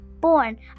born